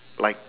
like